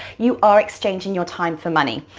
you are exchanging your time for money,